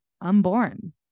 unborn